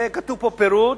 וכתוב פה פירוט: